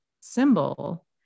symbol